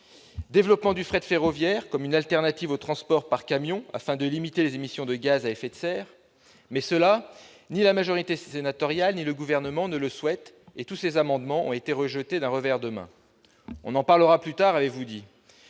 développement du fret ferroviaire comme une alternative au transport par camion afin de limiter les émissions de gaz à effet de serre. Mais, cela, ni la majorité sénatoriale ni le Gouvernement ne le souhaitent, et tous ces amendements ont été rejetés d'un revers de main. On en parlera plus tard, avez-vous dit